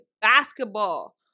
basketball